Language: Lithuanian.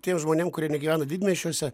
tiem žmonėm kurie negyvena didmiesčiuose